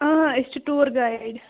اۭں أسۍ چھِ tour guide